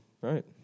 right